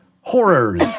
Horrors